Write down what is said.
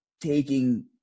taking